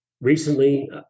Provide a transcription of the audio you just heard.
recently